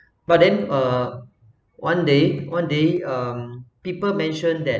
but then uh one day one day um people mentioned that